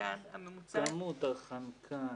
כמות החנקן